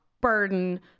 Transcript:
Burden